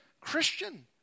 Christian